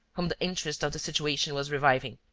whom the interest of the situation was reviving.